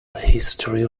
history